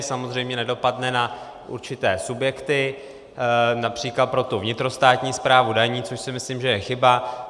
Samozřejmě nedopadne na určité subjekty, například pro vnitrostátní správu daní, což si myslím, že je chyba.